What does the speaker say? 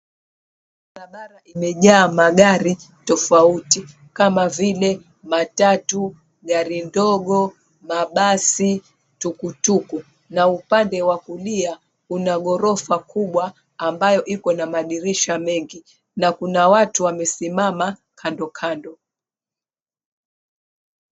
Magari imejaa magari tofauti kama vile matatu, gari ndogo, mabasi, tukutuku na upande wa kulia una ghorofa kubwa ambayo iko na madirisha mengi na kuna watu wamesimama kandokando.